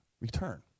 return